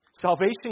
Salvation